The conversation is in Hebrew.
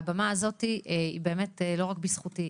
הבמה הזאת היא לא רק בזכותי.